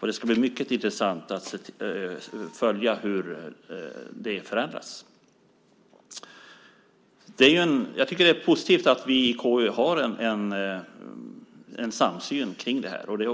Och det ska bli mycket intressant att följa hur detta förändras. Jag tycker att det är positivt att vi i KU har en samsyn om detta. Det